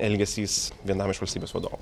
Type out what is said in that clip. elgesys vienam iš valstybės vadovų